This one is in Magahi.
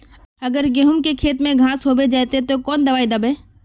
अगर गहुम के खेत में घांस होबे जयते ते कौन दबाई दबे?